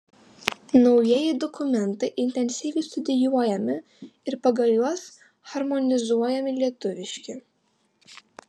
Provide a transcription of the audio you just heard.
naujieji dokumentai intensyviai studijuojami ir pagal juos harmonizuojami lietuviški